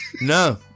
No